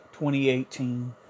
2018